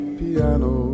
piano